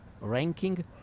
ranking